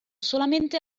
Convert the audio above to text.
solamente